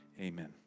Amen